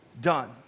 done